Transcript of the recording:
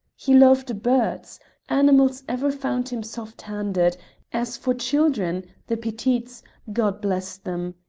he loved birds animals ever found him soft-handed as for children the petites god bless them!